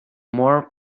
more